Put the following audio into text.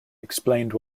explained